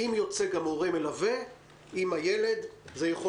אם יוצא גם הורה מלווה עם הילד זה יכול